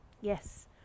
Yes